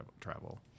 travel